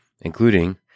including